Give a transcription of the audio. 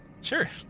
Sure